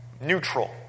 neutral